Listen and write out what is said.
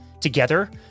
Together